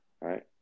Right